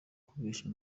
kubeshya